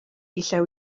llew